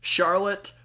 Charlotte